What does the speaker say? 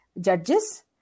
judges